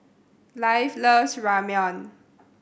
Leif loves Ramyeon